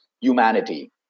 humanity